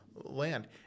land